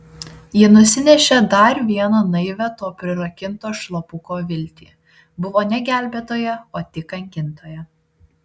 ji nusinešė dar vieną naivią to prirakinto šlapuko viltį buvo ne gelbėtoja o tik kankintoja